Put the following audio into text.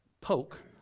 poke